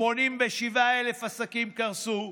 87,000 עסקים קרסו,